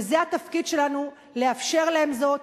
וזה התפקיד שלנו, לאפשר להם זאת.